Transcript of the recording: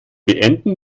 beenden